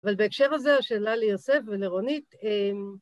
‫אבל בהקשר הזה, ‫השאלה ליוסף ולרונית...